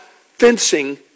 fencing